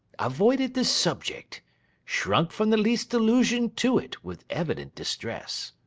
avoided the subject shrunk from the least allusion to it, with evident distress